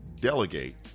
delegate